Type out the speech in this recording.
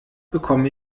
bekomme